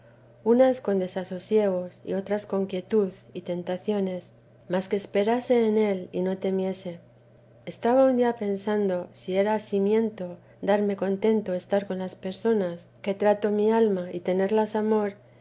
unas con desasosiegos y otras con quietud y tentaciones mas que esperase en el y no temiese estaba un día pensando si era asimiento darme contento estar con las personas que trato mi alma y tenerlas amor